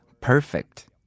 perfect